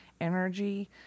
energy